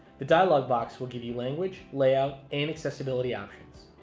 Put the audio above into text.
the dialog box will give you language layout, and accessibility options.